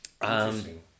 Interesting